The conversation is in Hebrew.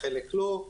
בחלק לא.